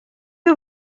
que